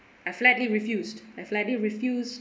I flatly refused I flatly refused